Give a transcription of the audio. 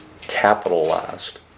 capitalized